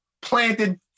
planted